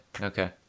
Okay